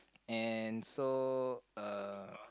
and so uh